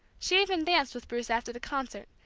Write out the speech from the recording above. she even danced with bruce after the concert,